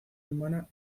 humana